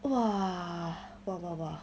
!wah! !wah! !wah! !wah!